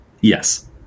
yes